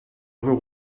ever